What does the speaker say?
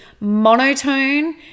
monotone